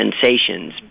sensations